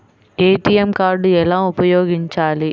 ATM card ఎలా ఉపయోగించాలి?